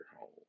home